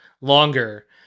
longer